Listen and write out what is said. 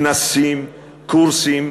כנסים, קורסים,